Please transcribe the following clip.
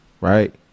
right